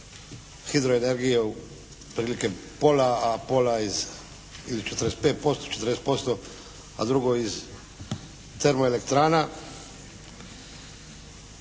hidroenergije otprilike pola a pola iz, ili 45%, 40% a drugo iz termoelektrana.